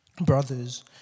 Brothers